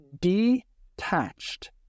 detached